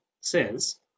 says